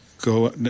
go